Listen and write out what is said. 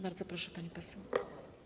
Bardzo proszę, pani poseł.